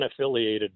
unaffiliated